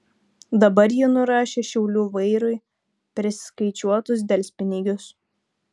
dabar ji nurašė šiaulių vairui priskaičiuotus delspinigius